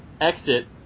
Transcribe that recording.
exit